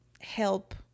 help